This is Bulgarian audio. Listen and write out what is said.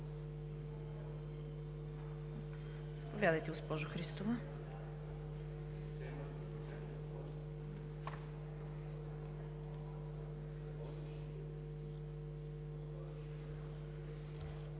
Заповядайте, госпожо Христова.